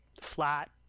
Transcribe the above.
flat